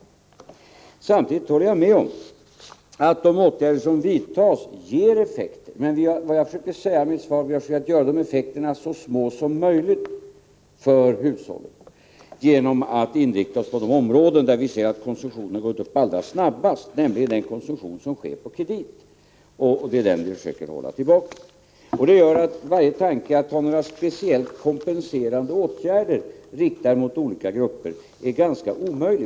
Samtidigt håller jag med om att de åtgärder som har vidtagits ger effekter. Men som jag har försökt säga i mitt svar har vi strävat efter att göra de effekterna så små som möjligt för hushållen genom att inrikta oss på de områden där vi ser att konsumtionen har gått upp snabbast, nämligen den konsumtion som sker på kredit. Den konsumtionen försöker vi hålla tillbaka. Varje tanke på speciella kompensationsåtgärder riktade mot olika grupper är ganska omöjlig.